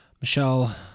Michelle